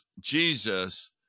Jesus